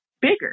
bigger